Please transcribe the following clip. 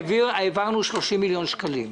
העברנו 30 מיליון שקלים.